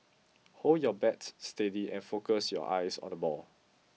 hold your bat steady and focus your eyes on the ball